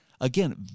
again